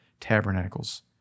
tabernacles